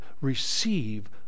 receive